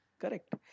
Correct